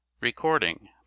Recording